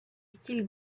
style